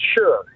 sure